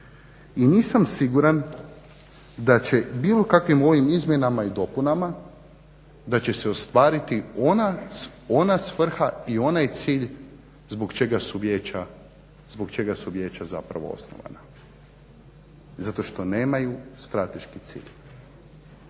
I nisam siguran da će bilo kakvim ovim izmjenama i dopunama da će se ostvariti ona svrha i onaj cilj zbog čega su vijeća zapravo osnovana, zato što nemaju strateški cilj.